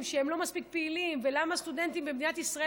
לא מספיק פעילים ולמה הסטודנטים במדינת ישראל,